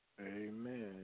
Amen